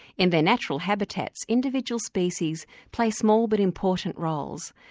in their natural habitats, individual species play small but important roles.